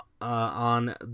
on